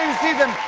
see them,